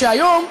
שהיום,